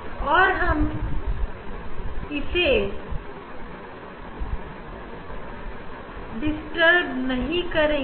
अब मैं इसे हटाकर स्पेक्ट्रा को विस्तार में समझाने